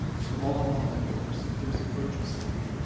so all in all, that works. there's a virtual cycle.